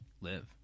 live